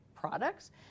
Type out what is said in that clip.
products